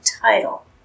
title